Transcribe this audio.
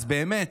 אז באמת,